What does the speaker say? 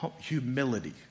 humility